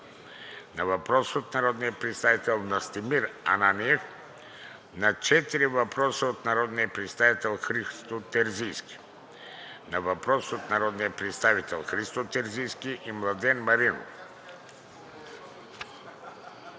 на въпрос от народния представител Настимир Ананиев; на четири въпроса от народния представител Христо Терзийски; на въпрос от народния представител Христо Терзийски и Младен Маринов;